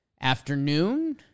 afternoon